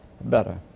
better